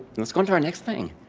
let's go into our next thing.